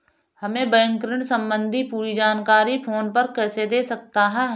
हमें बैंक ऋण संबंधी पूरी जानकारी फोन पर कैसे दे सकता है?